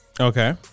Okay